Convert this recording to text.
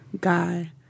guy